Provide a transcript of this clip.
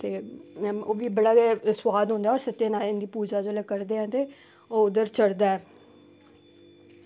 ते ओह्बी बड़ा सोआद ई होंदा सत्यानारायण दी जेल्लै पूजा करदे आं ते ओह् उद्धर चढ़दा ऐ